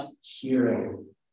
hearing